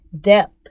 depth